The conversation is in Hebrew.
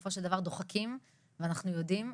בסופו של דבר דוחקים ואנחנו יודעים,